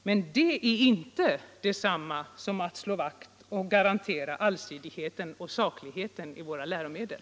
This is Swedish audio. Men det är inte detsamma som att slå vakt om och garantera allsidigheten och sakligheten i våra läromedel.